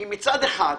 מצד אחד,